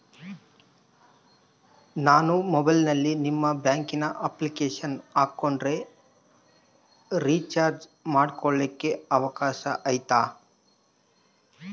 ನಾನು ಮೊಬೈಲಿನಲ್ಲಿ ನಿಮ್ಮ ಬ್ಯಾಂಕಿನ ಅಪ್ಲಿಕೇಶನ್ ಹಾಕೊಂಡ್ರೆ ರೇಚಾರ್ಜ್ ಮಾಡ್ಕೊಳಿಕ್ಕೇ ಅವಕಾಶ ಐತಾ?